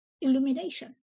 illumination